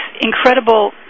incredible